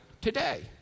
today